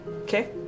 Okay